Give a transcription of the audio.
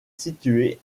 situé